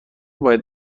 باید